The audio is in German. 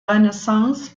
renaissance